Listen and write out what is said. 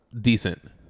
decent